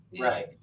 Right